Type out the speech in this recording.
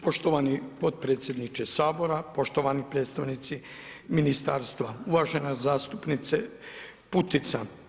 Poštovani potpredsjedniče Sabora, poštovani predstavnici ministarstva, uvažena zastupnice Putica.